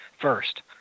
first